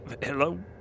hello